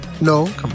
No